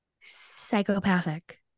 psychopathic